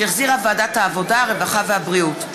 שהחזירה ועדת העבודה, הרווחה והבריאות.